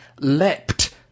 leapt